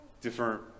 different